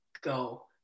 Go